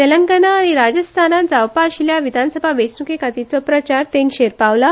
तेलंगणा आनी राजस्थान जावपा आशिल्ल्या विधानसभा वेंचणुके खातीरचो प्रचार तेंगशेर पावला